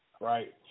Right